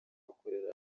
gukorera